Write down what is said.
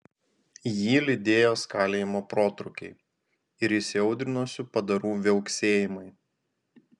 jį lydėjo skalijimo protrūkiai ir įsiaudrinusių padarų viauksėjimai